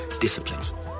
discipline